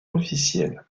officiel